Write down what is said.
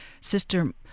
Sister